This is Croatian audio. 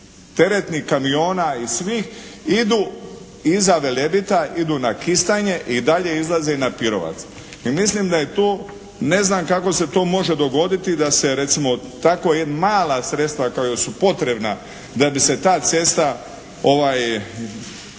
teretnih kamiona i svih idu iza Velebita idu na Kistanje i dalje izlaze na Pirovac. I mislim da je tu, ne znam kako se to može dogoditi da se recimo tako mala sredstva koja su potrebna da bi se ta cesta barem